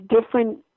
different